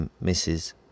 misses